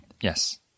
Yes